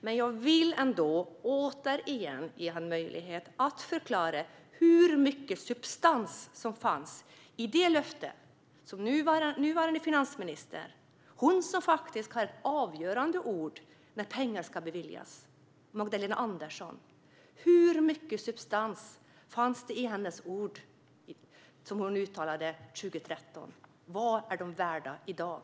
Men jag vill ändå återigen ge honom möjlighet att förklara hur mycket substans som fanns i det löfte som nuvarande finansminister Magdalena Andersson, som faktiskt har ett avgörande ord när pengar ska beviljas, uttalade 2013. Vad är de orden värda i dag?